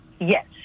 Yes